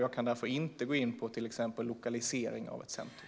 Jag kan därför inte gå in på till exempel lokalisering av ett centrum.